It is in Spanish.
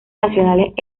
nacionales